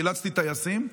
חילצתי טייסים.